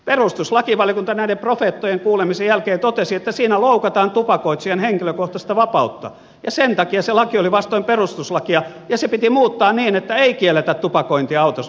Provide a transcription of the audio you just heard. perustuslakivaliokunta näiden profeettojen kuulemisen jälkeen totesi että siinä loukataan tupakoitsijan henkilökohtaista vapautta ja sen takia se laki oli vastoin perustuslakia ja se piti muuttaa niin että ei kielletä tupakointia autossa missä on vauva